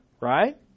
Right